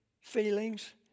feelings